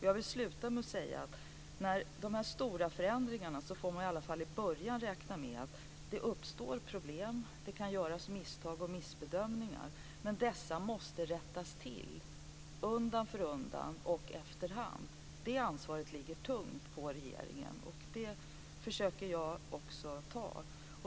Jag vill avsluta med att säga att när det gäller de här stora förändringarna får man i alla fall i början räkna med att det uppstår problem, att det kan göras misstag och missbedömningar, men dessa måste rättas till efter hand. Det ansvaret ligger tungt på regeringen, och det försöker jag också ta.